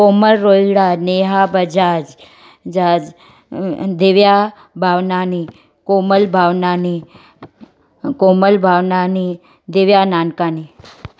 कोमल रोहिड़ा नेहा बजाज जाज दिव्या भावनानी कोमल भावनानी कोमल भावनानी दिव्या नानकानी